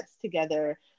together